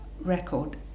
record